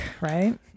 right